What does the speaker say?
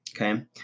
okay